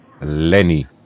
Lenny